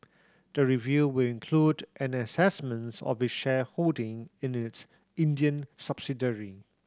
the review will include an a assessments of its shareholding in its Indian subsidiary